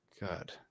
god